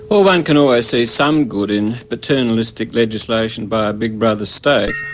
well, one can always see some good in paternalistic legislation by a big brother state.